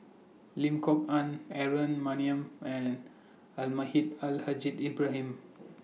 Lim Kok Ann Aaron Maniam and Almahdi Al Haj Ibrahim